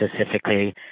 specifically